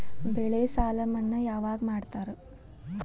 ಬೆಳೆ ಸಾಲ ಮನ್ನಾ ಯಾವಾಗ್ ಮಾಡ್ತಾರಾ?